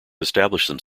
established